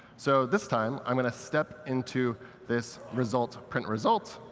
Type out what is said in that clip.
so this time i'm going to step into this result, print result,